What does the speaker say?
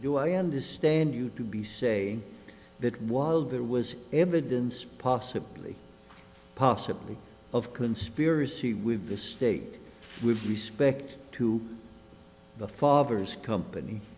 do i understand you to be say that while there was evidence possibly possibly of conspiracy with the state with respect to the father's company